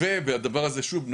הדבר הזה, שוב,